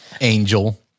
Angel